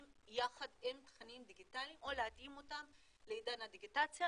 יחד עם תכנים דיגיטליים או להתאים אותם לעידן הדיגיטציה,